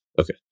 Okay